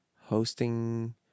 hosting